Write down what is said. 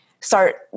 start